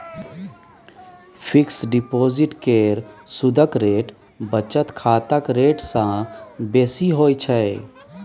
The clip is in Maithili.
फिक्स डिपोजिट केर सुदक रेट बचत खाताक रेट सँ बेसी होइ छै